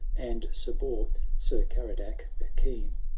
and sir bore, sir carodac the keen.